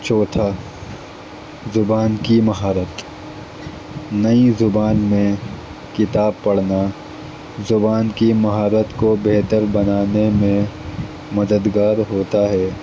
چوتھا زبان کی مہارت نئی زبان میں کتاب پڑھنا زبان کی مہارت کو بہتر بنانے میں مددگار ہوتا ہے